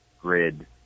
grid